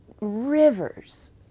rivers